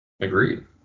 Agreed